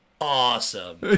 awesome